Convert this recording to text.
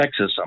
sexism